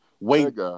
Wait